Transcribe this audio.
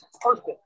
perfect